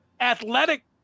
athletic